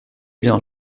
bien